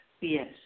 yes